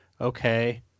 Okay